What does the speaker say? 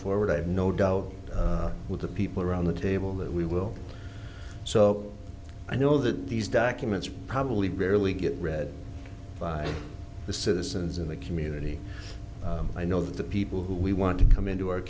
forward i have no doubt with the people around the table that we will so i know that these documents probably barely get read by the citizens in the community i know the people who we want to come into our